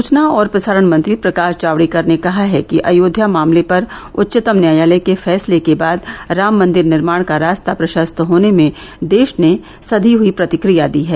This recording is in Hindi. सूचना और प्रसारण मंत्री प्रकाश जावड़ेकर ने कहा है कि अयोध्या मामले पर उच्चतम न्यायालय के फैसले के बाद राम मंदिर निर्माण का रास्ता प्रशस्त होने में देश ने सधी हुई प्रतिक्रिया दी है